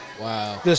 Wow